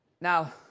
Now